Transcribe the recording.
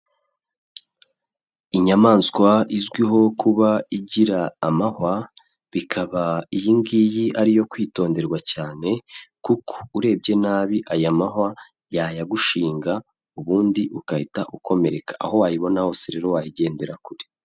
Inyamaswa izwiho kuba igira amahwa, bikaba iyi ngiyi ari iyo kwitonderwa cyane kuko urebye nabi aya mahwa yayagushinga ubundi ugahita ukomereka, aho wayibona hose rero wayigendera kure.